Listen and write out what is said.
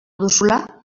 duzula